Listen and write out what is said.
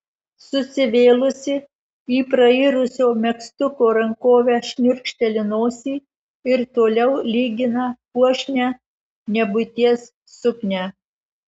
susivėlusi į prairusio megztuko rankovę šniurkšteli nosį ir toliau lygina puošnią nebūties suknią